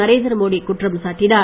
நரேந்திர மோடி குற்றம் சாட்டினார்